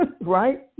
right